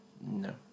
No